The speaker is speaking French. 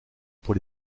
pour